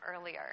earlier